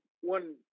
one